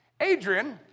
Adrian